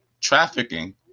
trafficking